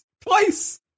twice